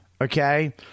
okay